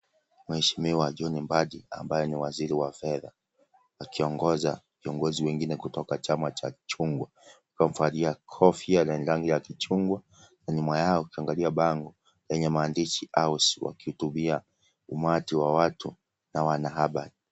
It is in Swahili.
Mheshimiwa John Mbadi ambaye ni waziri wa fedha akiongoza viongozi wengine kutoka chama cha chungwa wakiwa wamevalia kofia lenye rangi ya chungwa na nyuma yao ukiangalia bango lenye maandishi (cs)House(cs) wakihutubia umati wa watu na wanahabari.